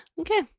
okay